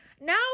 Now